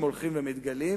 והם הולכים ומתגלים,